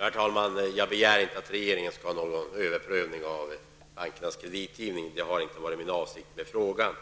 Herr talman! Jag begär inte att regeringen skall göra någon överprövning av bankernas kreditgivning, och detta låg inte heller bakom min fråga.